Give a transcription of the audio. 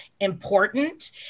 important